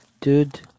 Dude